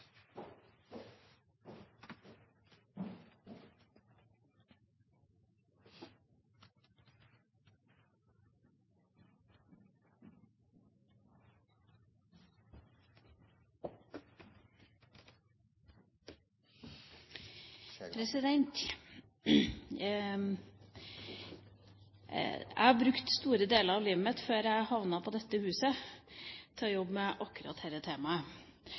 Jeg brukte store deler av livet mitt før jeg havnet i dette huset på å jobbe med akkurat dette temaet.